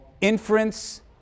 Inference